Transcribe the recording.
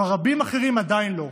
אבל רבים אחרים עדיין לא,